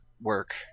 work